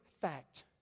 fact